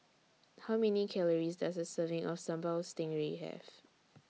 How Many Calories Does A Serving of Sambal Stingray Have